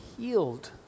healed